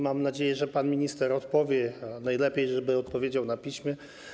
Mam nadzieję, że pan minister odpowie, a najlepiej, żeby odpowiedział na piśmie.